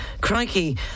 Crikey